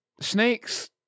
Snake's